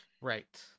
Right